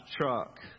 truck